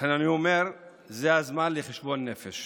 לכן אני אומר שזה הזמן לחשבון נפש